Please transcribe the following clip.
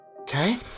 okay